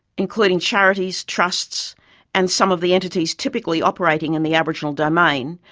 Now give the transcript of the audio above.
including charities, trusts and some of the entities typically operating in the aboriginal domain,